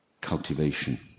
cultivation